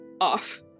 off